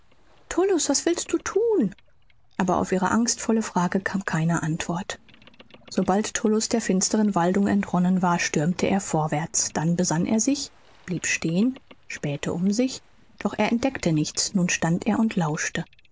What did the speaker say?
was willst du thun aber auf ihre angstvolle frage kam keine antwort sobald tullus der finsteren waldung entronnen war stürmte er vorwärts dann besann er sich blieb stehen spähte um sich doch er entdeckte nichts nun stand er und lauschte